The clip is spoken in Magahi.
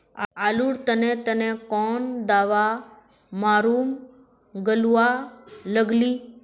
आलूर तने तने कौन दावा मारूम गालुवा लगली?